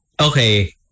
Okay